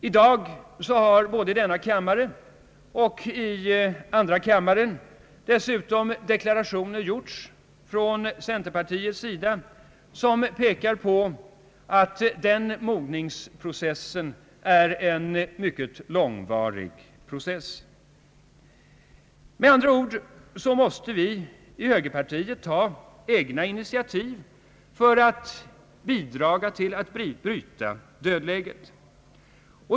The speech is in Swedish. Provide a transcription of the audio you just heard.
I dag har dessutom centerpartiet både i denna kammare och i andra kammaren gjort deklarationer som pekar på att den mognadsprocessen är en mycket långvarig process. Högerpartiet måste med andra ord ta egna initiativ för att bidraga till att bryta dödläget.